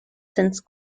since